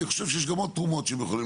אני חושב שיש גם עוד תרומות שהם יכולים